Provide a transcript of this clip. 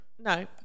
No